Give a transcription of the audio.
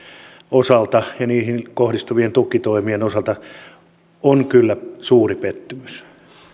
ja siihen kohdistuvien tukitoimien osalta on suuri pettymys